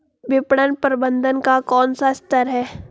विपणन प्रबंधन का कौन सा स्तर है?